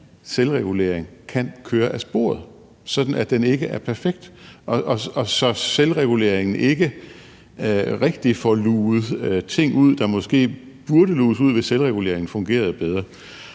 selvreguleringen kan køre af sporet, sådan at den ikke er perfekt, og så selvreguleringen ikke rigtig får luget ting ud, der måske burde luges ud, hvis selvreguleringen fungerede bedre.